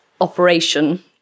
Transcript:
operation